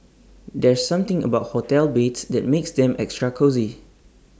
there's something about hotel beds that makes them extra cosy